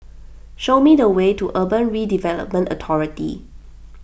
show me the way to Urban Redevelopment Authority